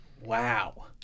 wow